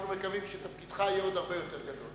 אנחנו מקווים שתפקידך יהיה עוד הרבה יותר גדול.